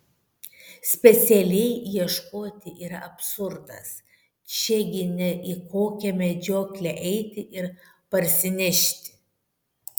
specialiai ieškoti yra absurdas čia gi ne į kokią medžioklę eiti ir parsinešti